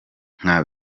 nka